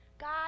God